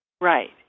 right